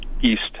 east